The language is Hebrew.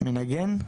מנגן?